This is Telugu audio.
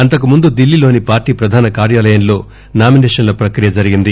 అంతకుముందు ఢిల్లీలోని పార్టీ ప్రధాన కార్యాలయంలో నామినేషన్ల ప్రక్రియ జరిగింది